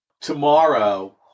Tomorrow